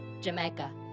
Jamaica